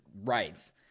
rights